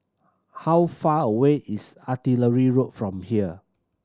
how far away is Artillery Road from here